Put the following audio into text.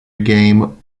game